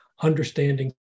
understanding